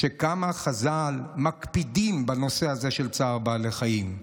כמה חז"ל מקפידים בנושא של צער בעלי חיים.